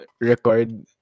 record